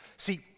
See